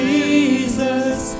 Jesus